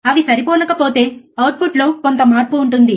అవి సరిపోలకపోతే అవుట్పుట్లో కొంత మార్పు ఉంటుంది